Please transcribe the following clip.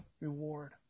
reward